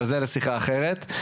אבל זה לשיחה אחרת.